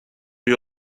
you